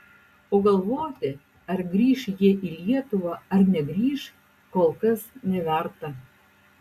o galvoti ar grįš jie į lietuvą ar negrįš kol kas neverta